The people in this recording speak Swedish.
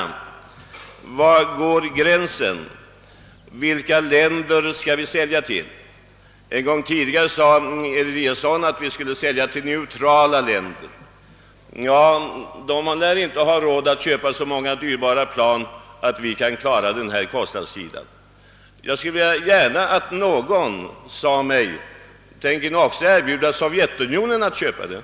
Var går gränsen? Vilka länder skall vi sälja till? En gång tidigare sade herr Eliasson att vi skulle sälja Viggen till neutrala länder. De lär emellertid inte ha råd att köpa så många dyrbara plan att det nedbringar kostnaderna så mycket som behövs. Jag skulle gärna vilja höra någon fråga: Tänker ni också erbjuda Sovjetunionen att köpa Viggen?